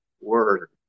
word